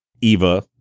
Eva